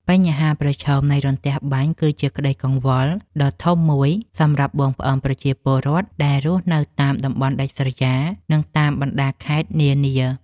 បញ្ហាប្រឈមនៃរន្ទះបាញ់គឺជាក្តីកង្វល់ដ៏ធំមួយសម្រាប់បងប្អូនប្រជាពលរដ្ឋដែលរស់នៅតាមតំបន់ដាច់ស្រយាល និងតាមបណ្តាខេត្តនានា។